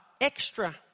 extra